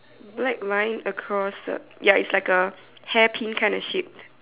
black line across the ya it's like a hairpin kind of shit